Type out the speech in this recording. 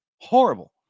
horrible